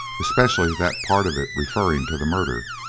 especially that part of it referring to the murder.